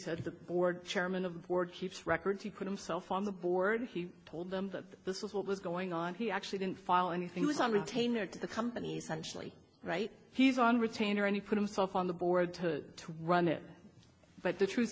said the board chairman of the board keeps records he could him self on the board he told them that this was what was going on he actually didn't file anything was on retainer to the companies actually right he's on retainer and he put himself on the board to run it but the truth